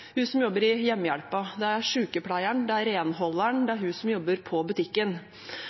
hun som jobber som hjemmehjelp, det er sykepleieren, det er renholderen, det er hun som jobber på butikken.